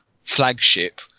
flagship